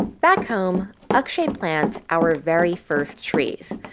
back home, akshay plants our very first trees.